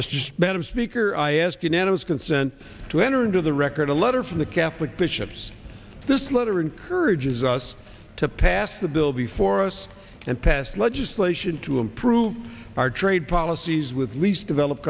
this just better speaker i ask unanimous consent to enter into the record a letter from the catholic bishops this letter encourages us to pass the bill before us and pass legislation to improve our trade policies with least developed